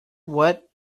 what